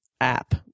app